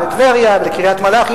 לטבריה ולקריית-מלאכי,